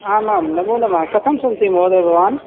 आम् आं नमो नमः कथं सन्ति महोदय भवान्